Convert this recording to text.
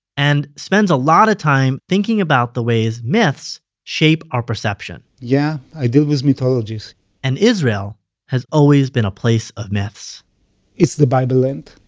and spends a lot of time thinking about the ways myths shape our perception yeah, i deal with mythologies and israel has always been a place of myths it's the bible land.